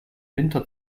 winter